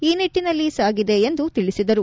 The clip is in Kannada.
ಈ ನಿಟ್ಟನಲ್ಲಿ ಸಾಗಿದೆ ಎಂದು ತಿಳಿಸಿದರು